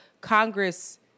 Congress